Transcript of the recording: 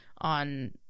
on